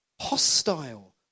Hostile